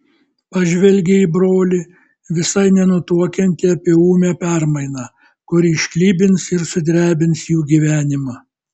pažvelgė į brolį visai nenutuokiantį apie ūmią permainą kuri išklibins ir sudrebins jų gyvenimą